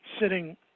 sitting